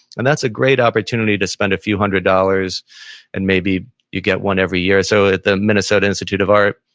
and that's a great opportunity to spend a few hundred dollars and maybe you get one every year. so the minnesota institute of art,